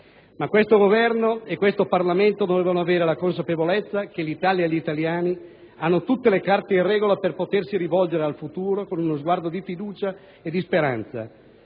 ma questo Governo e questo Parlamento devono avere la consapevolezza che l'Italia e gli italiani hanno tutte le carte in regola per potersi rivolgere al futuro con uno sguardo di fiducia e di speranza,